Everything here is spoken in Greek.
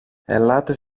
ελάτε